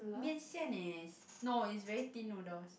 面线 is no it's very thin noodles